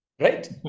Right